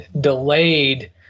delayed